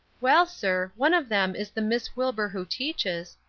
well, sir, one of them is the miss wilbur who teaches,